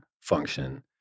function